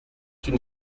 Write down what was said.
une